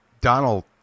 donald